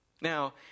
Now